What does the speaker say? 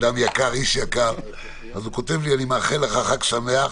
אדם יקר, איש יקר כותב לי: אני מאחל לך חג שמח,